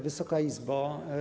Wysoka Izbo!